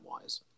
wise